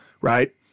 right